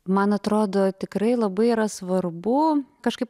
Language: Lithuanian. man atrodo tikrai labai yra svarbu kažkaip